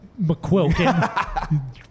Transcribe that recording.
McQuilkin